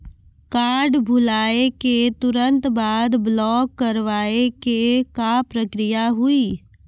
Card भुलाए के तुरंत बाद ब्लॉक करवाए के का प्रक्रिया हुई?